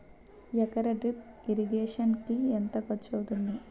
ఎకర drip irrigation కి ఎంత ఖర్చు అవుతుంది?